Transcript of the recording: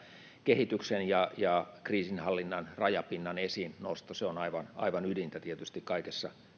kehityksen ja ja kriisinhallinnan rajapinnan esiinnosto se on aivan aivan ydintä tietysti kaikessa